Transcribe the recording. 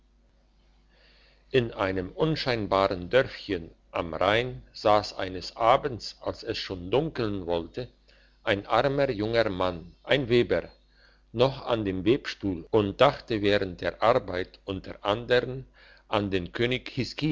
in einem unscheinbaren dörfchen am rhein sass eines abends als es schon dunkeln wollte ein armer junger mann ein weber noch an dem webstuhl und dachte während der arbeit unter andern an den könig